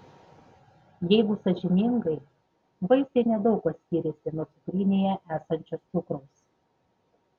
jeigu sąžiningai vaisiai nedaug kuo skiriasi nuo cukrinėje esančio cukraus